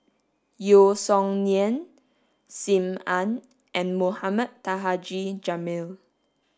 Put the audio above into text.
Yeo Song Nian Sim Ann and Mohamed Taha Haji Jamil